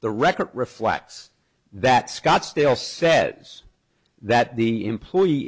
the record reflects that scotsdale says that the employee